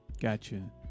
Gotcha